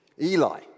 Eli